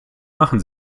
machen